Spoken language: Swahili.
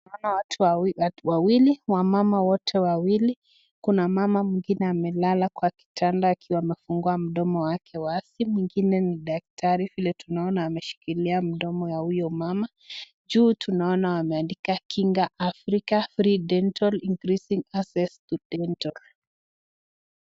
watu wawili wamama wote wawili, kuna mama mwingine amelala kwa kitanda akiwa amefungua mdomo wake wazi mwingine ni dakitari vile tumeona ameshikilia mdomo ya huyo mama, juu tunaona wameandika kinga ya [africa free dental increasing access to dental]